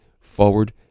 forward